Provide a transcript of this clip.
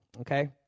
okay